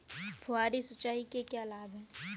फुहारी सिंचाई के क्या लाभ हैं?